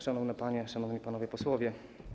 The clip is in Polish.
Szanowne Panie i Szanowni Panowie Posłowie!